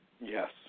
Yes